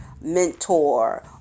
mentor